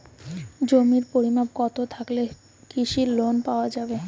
জমির পরিমাণ কতো থাকলে কৃষি লোন পাওয়া যাবে?